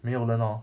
没有人 orh